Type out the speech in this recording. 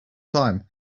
time